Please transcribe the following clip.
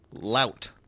Lout